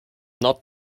not